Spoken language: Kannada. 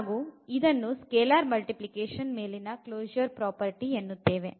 ಹಾಗು ಇದನ್ನು ಸ್ಕೇಲಾರ್ ಮಲ್ಟಿಪ್ಲಿಕೇಷನ್ ಮೇಲಿನ ಕ್ಲೊಶೂರ್ ಪ್ರಾಪರ್ಟಿ ಎನ್ನುತ್ತೇವೆ